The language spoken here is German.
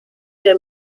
der